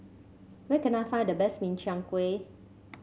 where can I find the best Min Chiang Kueh